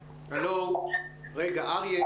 של פרופ' גרוטו על מנת לייצר את כל יכולות